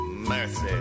Mercy